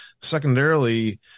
Secondarily